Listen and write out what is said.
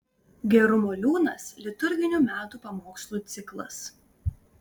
gerumo liūnas liturginių metų pamokslų ciklas